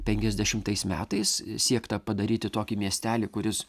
penkiasdešimtais metais siekta padaryti tokį miestelį kuris